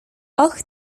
och